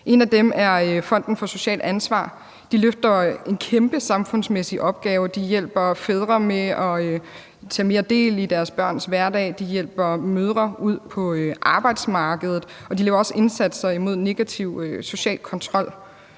En af dem er Fonden for Socialt Ansvar. De løfter en kæmpe samfundsmæssig opgave, og de hjælper fædre med at tage mere del i deres børns hverdag, de hjælper mødre ud på arbejdsmarkedet, og de laver også indsatser imod negativ social kontrol.